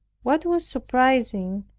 what was surprising,